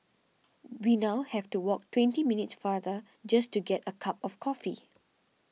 we now have to walk twenty minutes farther just to get a cup of coffee